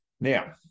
Now